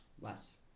Less